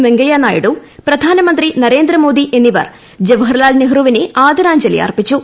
വെങ്കയ്യനായിഡു പ്രധാനമന്ത്രി നരേന്ദ്രമോദി എന്നിവർ ജവഹർലാൽ നെഹ്റുവിന് ആദരാജ്ഞലി അർപ്പിച്ചു